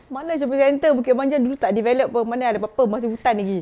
mana jer boleh enter bukit panjang dulu tak developed apa mana ada apa-apa masuk hutan lagi